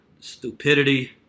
Stupidity